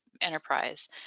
enterprise